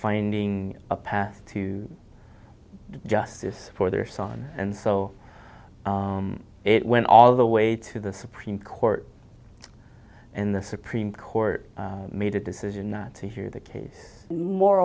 finding a path to justice for their son and so it went all the way to the supreme court and the supreme court made a decision not to hear the case